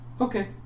Okay